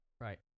Right